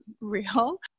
real